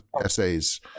essays